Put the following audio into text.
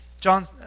John